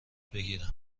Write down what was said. بگیرم